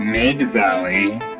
Mid-Valley